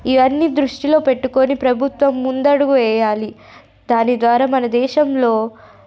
ఇవన్నీ దృష్టిలో పెట్టుకొని ప్రభుత్వం ముందడుగు వేయాలి దాని ద్వారా మన దేశంలో